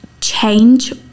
change